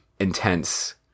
Intense